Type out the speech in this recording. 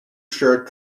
shirt